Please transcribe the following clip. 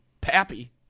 Pappy